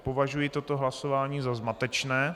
Považuji toto hlasování za zmatečné.